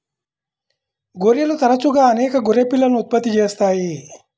గొర్రెలు తరచుగా అనేక గొర్రె పిల్లలను ఉత్పత్తి చేస్తాయి